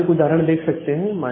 यहां आप एक उदाहरण देख सकते हैं